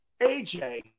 AJ